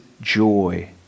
joy